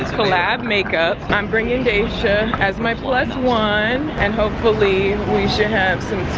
col-lab makeup. i'm bringing daisha as my plus one and hopefully we should have some